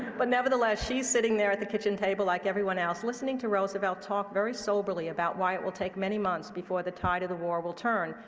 but nevertheless, she's sitting there at the kitchen table like everyone else, listening to roosevelt talk very soberly about why it will take many months before the tide of the war will turn,